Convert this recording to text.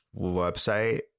website